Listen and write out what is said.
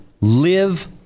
live